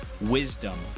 wisdom